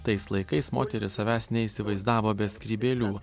tais laikais moterys savęs neįsivaizdavo be skrybėlių